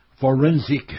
forensic